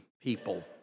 people